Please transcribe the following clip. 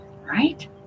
right